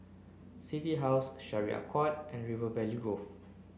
City House Syariah A Court and River Valley Grove